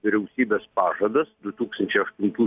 vyriausybės pažadas du tūkstančiai aštuntų